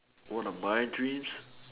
what are my dreams